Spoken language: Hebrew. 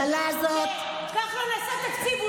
כשככה נעשה תקציב.